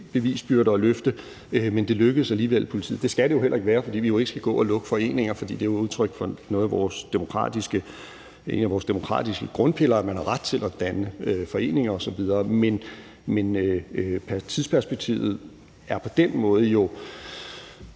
bevisbyrde at løfte, men det lykkedes alligevel for politiet. Det skal det heller ikke være, for vi skal ikke gå ind og lukke foreninger, for det er jo udtryk for en af vores demokratiske grundpiller, at man har ret til at danne foreninger osv. Men tidsperspektivet er på den måde